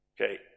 Okay